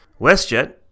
WestJet